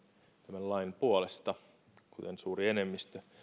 lain puolesta kuten suuri enemmistö